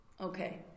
Okay